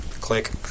Click